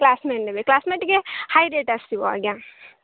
classmate ନେବେ classmate ଟିକେ high rate ଆସିବ ଆଜ୍ଞା